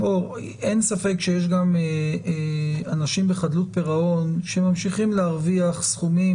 אין ספק שיש גם אנשים בחדלות פירעון שממשיכים להרוויח סכומים,